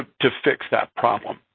to fix that problem.